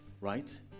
right